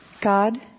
God